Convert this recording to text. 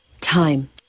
Time